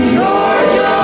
Georgia